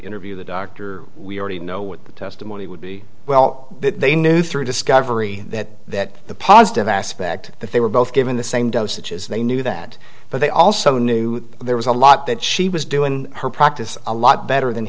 interview the doctor we already know what the testimony would be well they knew through discovery that the positive aspect that they were both given the same dosage as they knew that but they also knew there was a lot that she was doing in her practice a lot better than